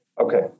Okay